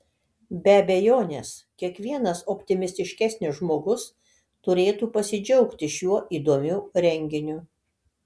be abejonės kiekvienas optimistiškesnis žmogus turėtų pasidžiaugti šiuo įdomiu renginiu